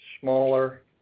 smaller